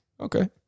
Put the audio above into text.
Okay